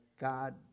God